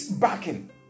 backing